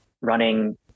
running